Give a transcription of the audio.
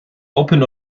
open